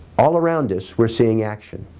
all around us we're seeing action,